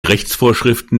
rechtsvorschriften